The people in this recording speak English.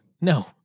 No